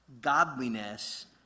godliness